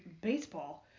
baseball